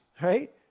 right